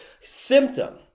symptom